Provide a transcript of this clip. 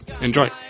Enjoy